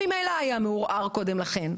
שממילא היה מעורער קודם לכן.